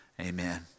Amen